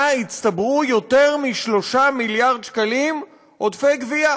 הצטברו יותר מ-3 מיליארד שקלים עודפי גבייה.